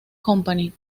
company